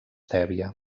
tèbia